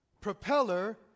propeller